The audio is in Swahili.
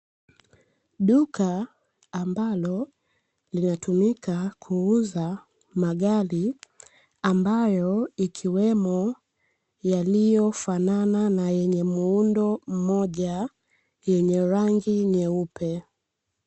Duka ambalo linatumika kuuza magari, ambayo ikiwemo yaliyofanana na yenye muundo mmoja, yenye rangi nyeupe.